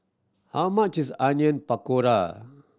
how much is Onion Pakora